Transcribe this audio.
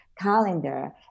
calendar